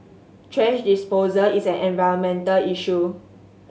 thrash disposal is an environmental issue